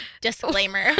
Disclaimer